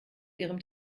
ihrem